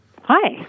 Hi